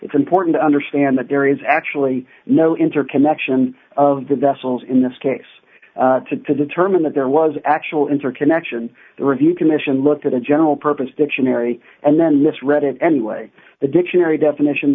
it's important to understand that there is actually no interconnection of the vessels in this case to determine that there was actual interconnection review commission looked at a general purpose dictionary and then mis read it anyway the dictionary definition